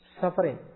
suffering